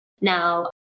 Now